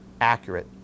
accurate